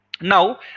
now